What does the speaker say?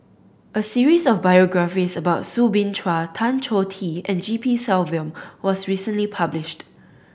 a series of biographies about Soo Bin Chua Tan Choh Tee and G P Selvam was recently published